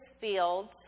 fields